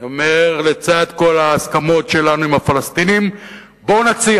אני אומר שלצד כל ההסכמות שלנו עם הפלסטינים בואו נציע